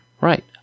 right